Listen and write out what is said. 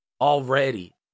Already